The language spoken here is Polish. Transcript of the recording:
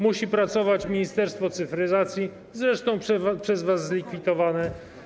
Musi pracować ministerstwo cyfryzacji, zresztą przez was zlikwidowane.